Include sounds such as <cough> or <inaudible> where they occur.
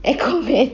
aquaman <laughs>